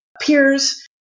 peers